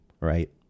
Right